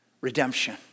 redemption